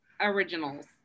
originals